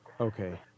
Okay